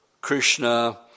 Krishna